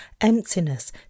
emptiness